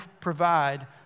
provide